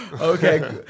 Okay